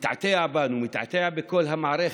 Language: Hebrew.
מתעתע בנו, מתעתע בכל המערכת.